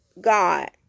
God